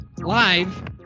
live